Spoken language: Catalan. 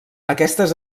aquestes